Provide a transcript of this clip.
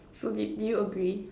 so did did you agree